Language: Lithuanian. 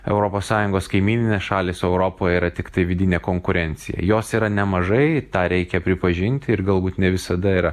europos sąjungos kaimyninės šalys o europoj yra tiktai vidinė konkurencija jos yra nemažai tą reikia pripažinti ir galbūt ne visada yra